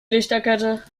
lichterkette